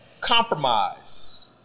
compromise